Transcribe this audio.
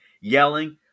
yelling